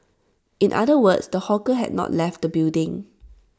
in other words the hawker has not left the building